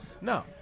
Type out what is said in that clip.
No